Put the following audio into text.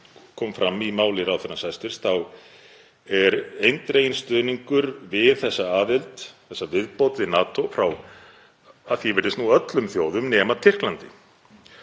kom fram í máli ráðherrans er eindreginn stuðningur við þessa aðild, þessa viðbót við NATO, frá að því er virðist öllum þjóðum nema Tyrklandi.